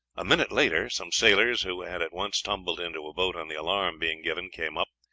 a minute later some sailors, who had at once tumbled into a boat on the alarm being given, came up.